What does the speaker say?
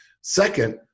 Second